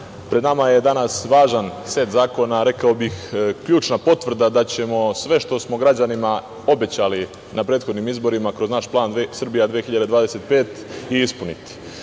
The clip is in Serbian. pred nama je danas važan set zakona, rekao bih, ključna potvrda da ćemo sve što smo građanima obećali na prethodnim izborima kroz naš plan „Srbija 2025“ i ispuniti.